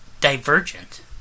Divergent